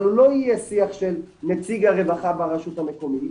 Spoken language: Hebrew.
אבל לא יהיה שיח של נציג הרווחה ברשות המקומית,